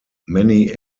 many